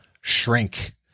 shrink